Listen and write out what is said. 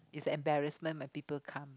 is embarrassment when people come